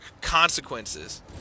consequences